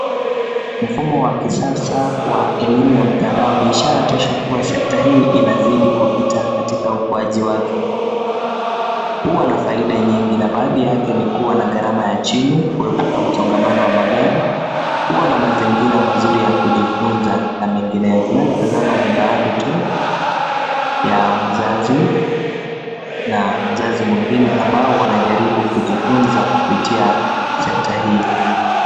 Mfumo wa kisasa wa elimu ya mtandao ni ishara tosha kuwa sekta hii inazidi kupita katika ukuaji wake, Huwa na faida nyingi na baadhi yake ni kuwa na gharama ya chini ,kuepuka msongamano wa magari, kuwa na mazingira mazuri ya kujifunza na mengineyo, tunavyotazama ni baadhi tu ya mzazi na mzazi mwingine ambao wanajaribu kujifunza kupitia sekta hii.